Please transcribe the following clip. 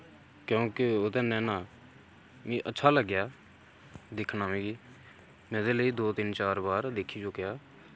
क्युंकि ओह्दे ने ना मि अच्छा लग्गेया दिक्खना मिगी एह्दे लेई दो तिन्न चार बार दिक्खी चुक्केया